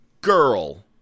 girl